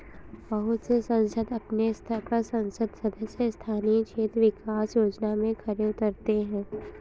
बहुत से संसद अपने स्तर पर संसद सदस्य स्थानीय क्षेत्र विकास योजना में खरे उतरे हैं